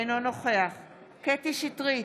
אינו נוכח קטי קטרין שטרית,